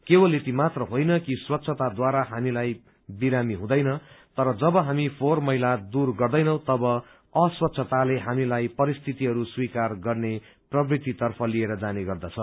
केवल यति मात्र होइन कि स्वच्छताद्वारा हामीलाई विमारी हुँदैन तर जब हामी फोहोर मैला दूर गर्दैनौं तव अस्वच्छताले हामीलाई परिस्थितिहरू स्वीकार गर्ने प्रवृत्ति तर्फ लिएर जाने गर्दछ